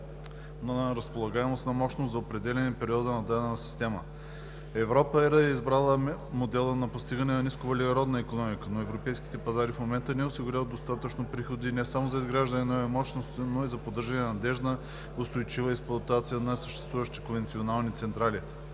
на разполагаемост на мощност за определен период за дадена система. Европа е избрала модела на постигане на нисковъглеродна икономика, но европейските пазари в момента не осигуряват достатъчно приходи не само за изграждане на нови мощности, но и за поддържане и надеждна, устойчива експлоатация на съществуващите конвенционални централи.